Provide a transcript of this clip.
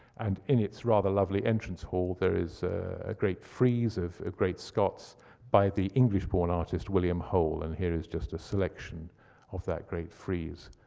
and in its rather lovely entrance hall there is a great frieze of great scots by the english-born artist william hole, and here is just a selection of that great frieze.